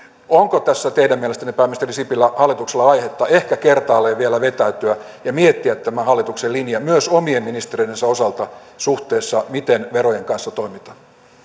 onko tässä teidän mielestänne pääministeri sipilä hallituksella aihetta ehkä kertaalleen vielä vetäytyä ja miettiä tämä hallituksen linja myös omien ministereidensä osalta suhteessa siihen miten verojen kanssa toimitaan